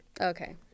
Okay